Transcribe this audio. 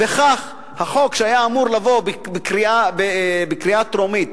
וכך החוק שהיה אמור לבוא לקריאה טרומית,